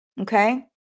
Okay